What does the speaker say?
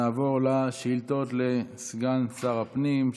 נעבור לשאילתות לסגן שר הפנים,